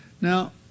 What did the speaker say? Now